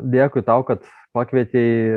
dėkui tau kad pakvietei